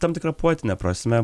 tam tikra poetine prasme